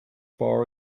bar